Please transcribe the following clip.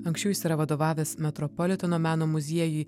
anksčiau jis yra vadovavęs metropoliteno meno muziejui